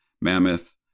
Mammoth